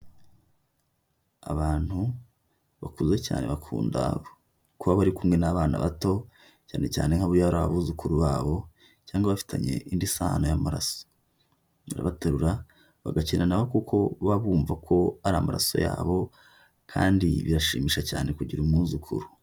Abantu bakuze cyane bakunda kuba bari kumwe n'abana bato, cyane cyane nk'iyo ari abuzukuru babo, cyangwa bafitanye indi sano y'amaraso, barabaterura, bagakina nabo kuko baba bumva ko ari amaraso yabo, kandi birashimisha cyane kugira umwuzukuru.